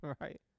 right